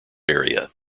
area